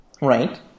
Right